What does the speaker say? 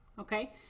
okay